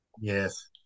Yes